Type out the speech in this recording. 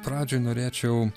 pradžiai norėčiau